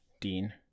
Dean